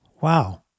Wow